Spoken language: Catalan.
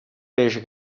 peix